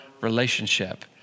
relationship